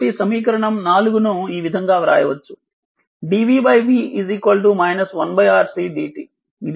కాబట్టి సమీకరణం 4 ను ఈ విధంగా వ్రాయవచ్చు dv v 1 RC dt